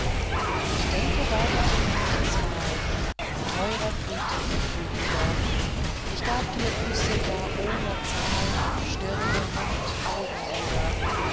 ich denke deiner so manches mal mein teurer friedrich du lieber ich gab dir küsse ja ohne zahl auf stirne mund augenlider